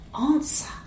answer